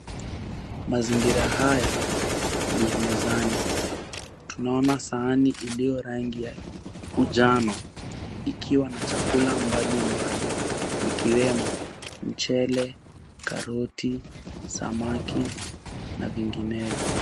Mazingira haya ni ya mezani. Tunaona sahani iliyo rangi ya unjano ikiwa na chakula aina mbalimbali ikiwemo mchele, karoti, samaki na vinginevyo.